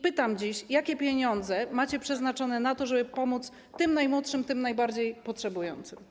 Pytam dziś, jakie pieniądze macie przeznaczone na to, żeby pomóc tym najmłodszym, tym najbardziej potrzebującym.